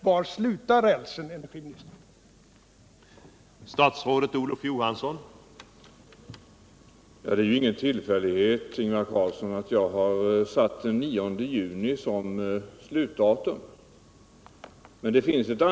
Var slutar den rälsen enligt herr Johanssons uppfattning?